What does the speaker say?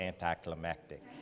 anticlimactic